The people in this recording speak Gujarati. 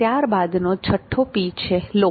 ત્યારબાદ નો છઠ્ઠો P છે લોકો